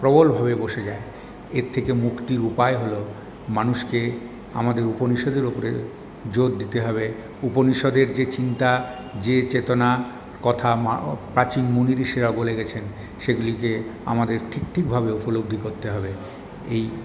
প্রবলভাবে বসে যায় এর থেকে মুক্তির উপায় হল মানুষকে আমাদের উপনিষদের উপরে জোর দিতে হবে উপনিষদের যে চিন্তা যে চেতনা কথা প্রাচীন মুনি ঋষিরা বলে গেছেন সেগুলিকে আমাদের ঠিক ঠিকভাবে উপলব্ধি করতে হবে এই